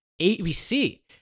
abc